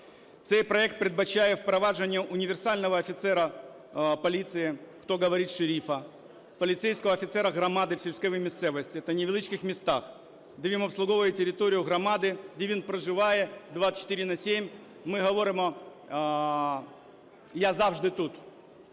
Цей проект передбачає впровадження універсального офіцера поліції, хто каже "шерифа", поліцейського офіцера громади в сільській місцевості та невеличких містах, де він обслуговує територію громади, де він проживає 24/7, ми говоримо "я завжди тут".